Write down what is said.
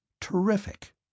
Terrific